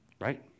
Right